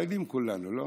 ישראלים כולנו, לא?